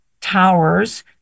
towers